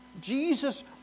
Jesus